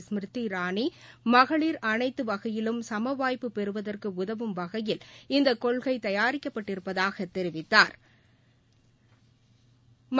ஸ்மிருதி இரானி மகளிர் அனைத்து வகையிலும் சமவாய்ப்பு பெறுவதற்கு உதவும் வகையில் இந்த கொள்கை தயாரிக்கப்பட்டிருப்பதாக தெரிவித்தாா்